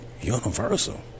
universal